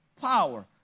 power